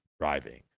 driving